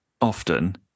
often